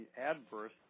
adverse